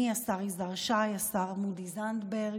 אני, השר יזהר שי, השר מודי זנדברג,